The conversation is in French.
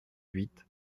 huit